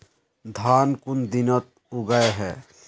धान कुन दिनोत उगैहे